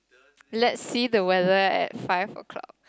let's see the weather at five o-clock